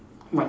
what